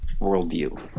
worldview